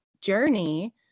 journey